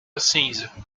cinza